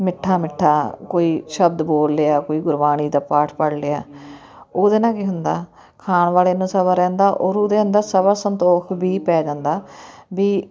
ਮਿੱਠਾ ਮਿੱਠਾ ਕੋਈ ਸ਼ਬਦ ਬੋਲ ਲਿਆ ਕੋਈ ਗੁਰਬਾਣੀ ਦਾ ਪਾਠ ਪੜ੍ਹ ਲਿਆ ਉਹਦੇ ਨਾਲ ਕੀ ਹੁੰਦਾ ਖਾਣ ਵਾਲੇ ਨੂੰ ਸਬਰ ਰਹਿੰਦਾ ਔਰ ਉਹਦੇ ਅੰਦਰ ਸਬਰ ਸੰਤੋਖ ਵੀ ਪੈ ਜਾਂਦਾ ਵੀ